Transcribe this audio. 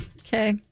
Okay